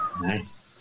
Nice